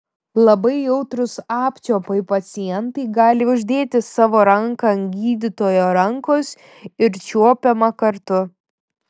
labai jautrūs apčiuopai pacientai gali uždėti savo ranką ant gydytojo rankos ir čiuopiama kartu